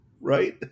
right